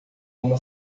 uma